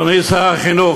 אדוני שר החינוך,